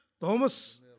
Thomas